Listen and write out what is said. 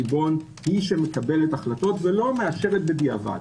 הריבון היא שמקבלת החלטות ולא מאשרת בדיעבד.